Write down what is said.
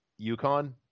UConn